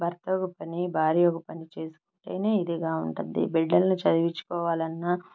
భర్త ఒక పని భార్య ఒక పని చేసుకుంటేనే ఇదిగా ఉంటద్ది బిడ్డలని చదివించుకోవాలన్నా